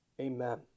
Amen